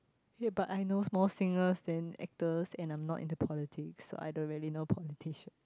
eh but I knows more singers than actors and I'm not into politics so I don't really know politician